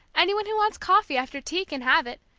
any one who wants coffee, after tea, can have it!